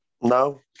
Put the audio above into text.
No